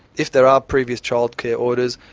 if there are previous child care orders,